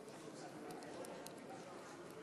הצעת חוק משפחות חיילים שנספו במערכה (תגמולים ושיקום)